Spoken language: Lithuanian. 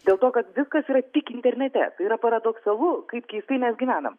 dėl to kad viskas yra tik internete tai yra paradoksalu kaip keistai mes gyvenam